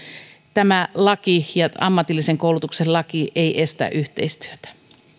tämä laki ja ammatillisen koulutuksen laki eivät estä yhteistyötä